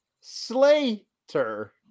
Slater